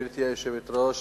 גברתי היושבת-ראש,